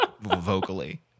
vocally